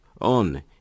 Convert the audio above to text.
on